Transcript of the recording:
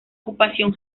ocupación